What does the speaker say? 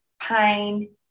pain